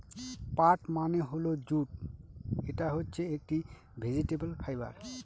পাট মানে হল জুট এটা হচ্ছে একটি ভেজিটেবল ফাইবার